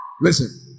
Listen